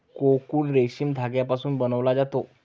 cocoon रेशीम धाग्यापासून बनवला जातो